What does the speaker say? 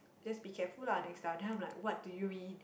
just be careful lah next time then I'm like what do you mean